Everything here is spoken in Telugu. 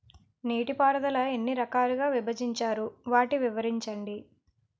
నీటిపారుదల ఎన్ని రకాలుగా విభజించారు? వాటి వివరించండి?